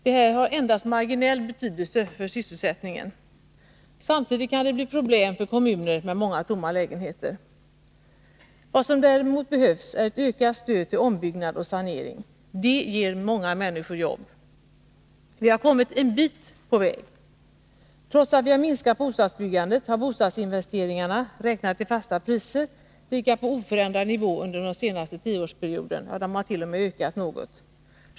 Det här har endast marginell betydelse för sysselsättningen. Samtidigt kan det bli problem för kommuner med många tomma lägenheter. Vad som däremot behövs är ett ökat stöd till ombyggnad och sanering. Det ger många människor jobb. Vi har kommit en bit på väg. Trots att vi har minskat bostadsbyggandet har bostadsinvesteringarna, räknat i fasta priser, legat på oförändrad nivå under den senaste tioårsperioden, ja, de har t.o.m. ökat något.